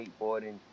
skateboarding